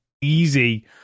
easy